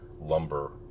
lumber